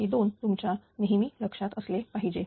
हे 2 तुमच्या लक्षात नेहमी असले पाहिजे